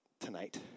tonight